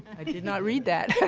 i did did not read that.